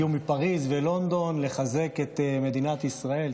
שהגיעו מפריז ולונדון לחזק את מדינת ישראל,